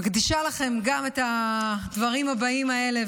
אני מקדישה לכם גם את הדברים הבאים האלה,